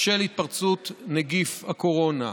של התפרצות נגיף הקורונה: